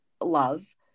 love